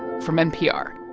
from npr